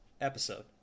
episode